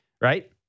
right